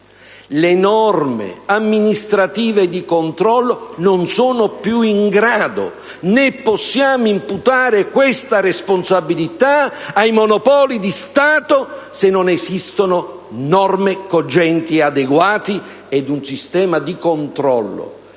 norme amministrative di controllo non bastano più, né possiamo imputare la responsabilità ai Monopoli di Stato se non esistono norme cogenti e adeguate, né se vi è un sistema di controllo